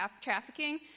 trafficking